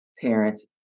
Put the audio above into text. parents